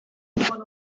esango